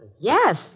Yes